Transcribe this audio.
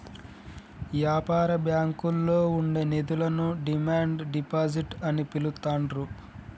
యాపార బ్యాంకుల్లో ఉండే నిధులను డిమాండ్ డిపాజిట్ అని పిలుత్తాండ్రు